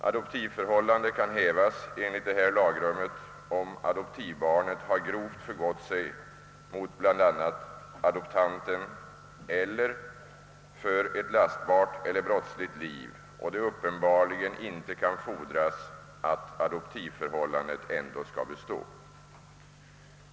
Adoptivförhållande kan hävas enligt detta lagrum, om adoptivbarnet har grovt förgått sig mot bl.a. adoptanten eller för ett lastbart eller brottsligt liv och det uppenbarligen inte kan fordras att adoptivförhållandet ändå skall bestå.